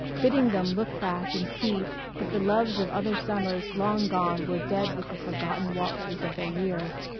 bidding them look back and see that the loves of other summers long gone were dead with the forgotten waltzes of their years.